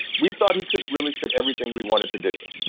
we thought he could really fit everything. we wanted to do,